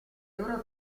loro